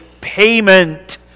payment